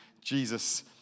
Jesus